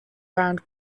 around